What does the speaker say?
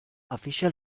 official